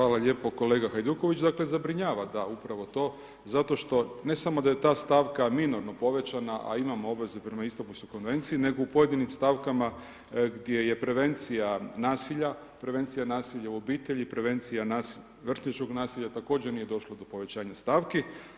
Hvala lijepo kolega Hajdukovića, zabrinjava da, upravo to, zato što, ne samo da je ta stavka minorno povećana a imamo obvezu prema Istanbulskoj konekciji, nego u pojedinim stavkama gdje je prevencija nasilja, prevencija nasilja u obitelji, prevencija vrtićkog nasilja, također nije došlo do povećanje stavki.